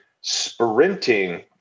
sprinting